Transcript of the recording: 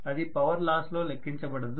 అది power loss లో లెక్కించబడదు